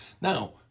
Now